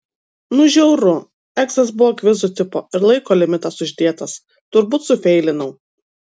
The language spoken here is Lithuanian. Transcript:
nu žiauru egzas buvo kvizų tipo ir laiko limitas uždėtas turbūt sufeilinau